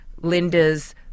Linda's